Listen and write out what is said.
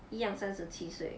一样三十七岁